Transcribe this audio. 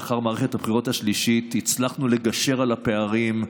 לאחר מערכת הבחירות השלישית הצלחנו לגשר על הפערים,